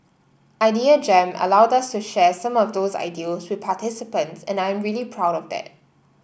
Idea Jam allowed us to share some of those ideals with participants and I am really proud of that